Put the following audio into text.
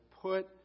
put